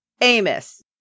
Amos